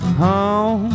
home